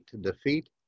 defeat